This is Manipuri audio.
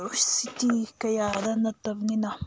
ꯁꯤꯇꯤ ꯀꯌꯥꯗ ꯅꯠꯇꯕꯅꯤꯅ